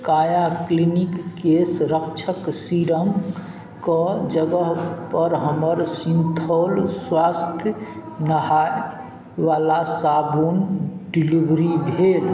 काया क्लिनिकके सँरक्षक सीरमके जगहपर हमर सिन्थॉल स्वास्थ्य नहाइवला साबुन डिलीवरी भेल